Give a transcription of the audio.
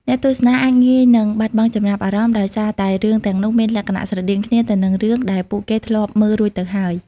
អ្នកទស្សនាអាចងាយនឹងបាត់បង់ចំណាប់អារម្មណ៍ ដោយសារតែរឿងទាំងនោះមានលក្ខណៈស្រដៀងគ្នាទៅនឹងរឿងដែលពួកគេធ្លាប់មើលរួចទៅហើយ។